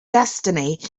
destiny